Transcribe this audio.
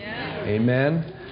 Amen